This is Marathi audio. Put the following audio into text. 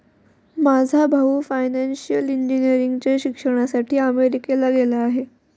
माझा भाऊ फायनान्शियल इंजिनिअरिंगच्या शिक्षणासाठी अमेरिकेला गेला आहे